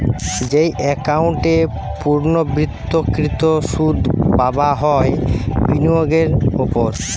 যেই একাউন্ট এ পূর্ণ্যাবৃত্তকৃত সুধ পাবা হয় বিনিয়োগের ওপর